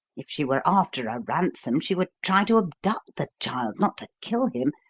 if she were after a ransom she would try to abduct the child, not to kill him,